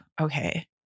okay